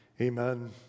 Amen